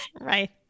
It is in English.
right